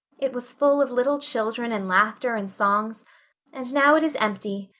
it was full of little children and laughter and songs and now it is empty,